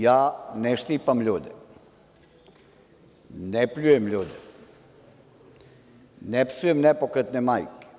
Ja ne štipam ljude, ne pljujem rude, ne psujem nepokretne majke.